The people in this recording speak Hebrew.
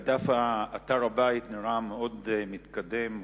ואתר הבית נראה מתקדם מאוד,